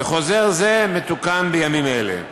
וחוזר זה מתוקן בימים אלה.